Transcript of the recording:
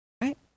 right